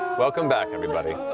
welcome back, everybody.